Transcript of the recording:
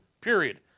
period